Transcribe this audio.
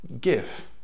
give